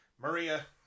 Maria